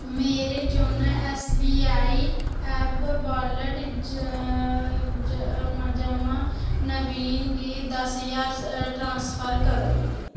मेरे YONO SBI app wallet ज थमां नवीन गी दस ज्हार ट्रांसफर करो